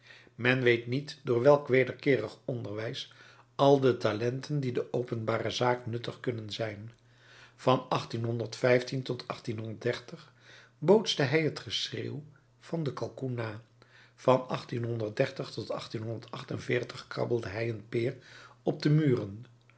men weet niet door welk wederkeerig onderwijs al de talenten die de openbare zaak nuttig kunnen zijn van tot bootste hij het geschreeuw van den kalkoen na van tot krabbelde hij een peer op de muren